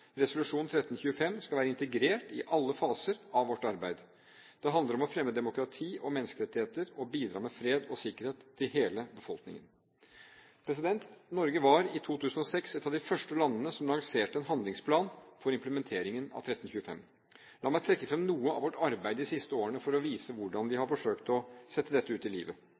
handler om å fremme demokrati og menneskerettigheter og bidra med fred og sikkerhet til hele befolkningen. Norge var i 2006 et av de første landene som lanserte en handlingsplan for implementeringen av 1325. La meg trekke fram noe av vårt arbeid de siste årene for å vise hvordan vi har forsøkt å sette dette ut i livet.